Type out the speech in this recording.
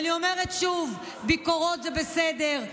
אני אומרת שוב: ביקורות זה בסדר,